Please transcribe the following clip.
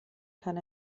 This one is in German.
kann